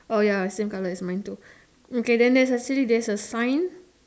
oh ya same colour as mine too okay then there is a city there is sign